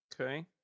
Okay